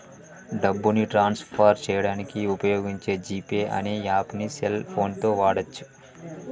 డబ్బుని transfer చేయడానికి వుపయోగించే జీ పే అనే యాప్పుని సెల్ ఫోన్ తో వాడచ్చు